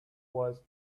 was